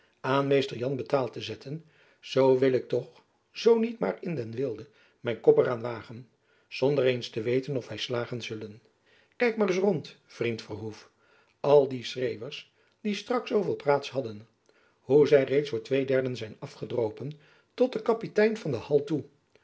aan mr jan betaald te zetten zoo wil ik toch zoo niet maar in den wilde mijn kop er aan wagen zonder eens te weten of wy slagen zullen kijk maar reis rond vriend verhoef al die schreeuwers die straks zooveel praats hadden hoe zy reeds voor twee derden zijn afgedropen tot den kapitein van de hal toe